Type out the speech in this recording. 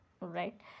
right